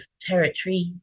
territory